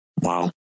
Wow